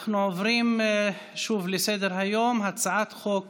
אנחנו עוברים שוב לסדר-היום, הצעת חוק